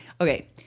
Okay